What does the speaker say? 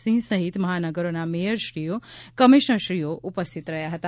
સિંહ સહિત મહાનગરોના મેયરશ્રીઓ કમિશ્નરશ્રીઓ ઉપસ્થિત રહ્યા હતા